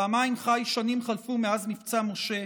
פעמיים ח"י שנים חלפו מאז מבצע משה.